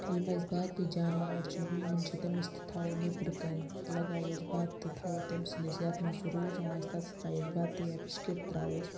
یِم اَسہِ باقٕے جاناوار چھِ ہوٗن چھِ تٔمِس تہِ تھاوو نیٚبرٕ کَنہ لَگاووس بَتہٕ تھاوو تٔمۍ سٕنٛدِس یَتھ منٛز سُہ روزان اَسہِ تَتَس تراووس بَتہٕ یا بِسکِٹ تراووس